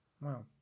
Wow